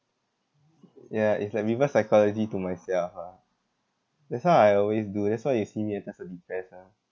ya it's like reverse psychology to myself ah that's what I always do that's why you see me uh doesn't depressed ah